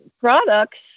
products